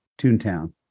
Toontown